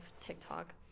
tiktok